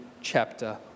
chapter